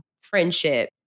friendship